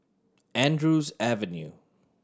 Andrews Avenue